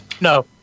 No